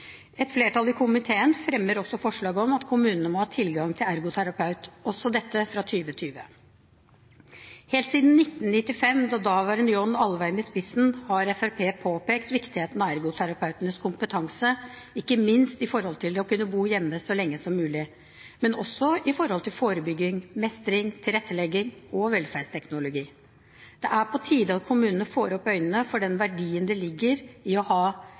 Et flertall i komiteen fremmer også forslag om at kommunene må ha tilgang til ergoterapeut, også dette fra 2020. Helt siden 1995, daværende John Alvheim i spissen, har Fremskrittspartiet påpekt viktigheten av ergoterapeutenes kompetanse, ikke minst med tanke på å kunne bo hjemme så lenge som mulig, men også med hensyn til forebygging, mestring, tilrettelegging og velferdsteknologi. Det er på tide at kommunene får opp øynene for den verdien det ligger i å ha